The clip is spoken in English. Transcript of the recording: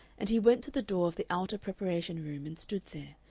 and he went to the door of the outer preparation-room and stood there,